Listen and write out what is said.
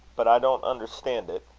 but i don't understand it.